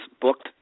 booked